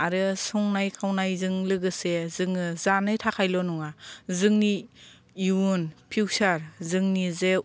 आरो संनाय खावनायजों लोगोसे जोङो जानो थाखायल' नङा जोंनि इयुन फिउचार जोंनि जे